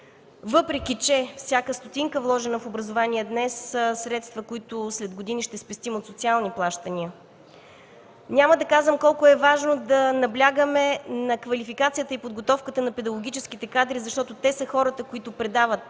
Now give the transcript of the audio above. въпреки че всяка стотинка, вложена в образование днес, са средства, които след години ще спестим от социални плащания. Няма да казвам колко е важно да наблягаме на квалификацията и подготовката на педагогическите кадри, защото те са хората, които предават